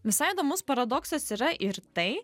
visai įdomus paradoksas yra ir tai